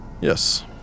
Yes